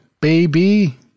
baby